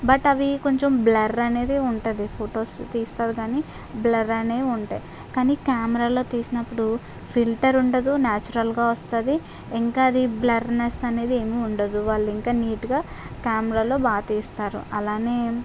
but అవి కొంచెం blur అనేది ఉంటుంది ఫొటోస్ తీస్తుంది కాని బ్లర్ అనే ఉంటాయి కానీ కెమెరాలో తీసినప్పుడు ఫిల్టర్ ఉండదు నేచురల్గా వస్తుంది ఇంకా అది బ్లర్నెస్ అనేది ఏమీ ఉండదు వాళ్ళు ఇంకా నీట్గా కెమెరాల్లో బాగా తీస్తారు అలానే